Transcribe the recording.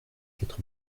quatre